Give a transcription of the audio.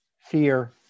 fear